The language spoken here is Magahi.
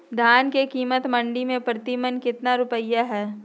धान के कीमत मंडी में प्रति मन कितना रुपया हाय?